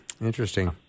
Interesting